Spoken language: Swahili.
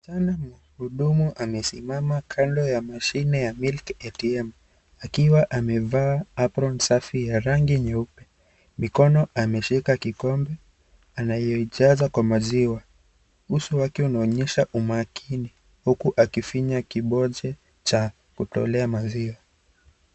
Mhudumu amesimama kando ya mashine ya milk atm akiwa amevaa aproni safi ya rangi nyeupe . Mikono ameshika kikombe anayoijaza kwa maziwa, uso wake unaonyesha umakini huku akifinya kibonze cha kutolea maziwa .